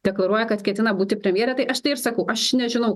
deklaruoja kad ketina būti premjere tai aš tai ir sakau aš nežinau